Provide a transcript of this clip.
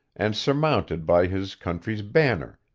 and surmounted by his country's banner,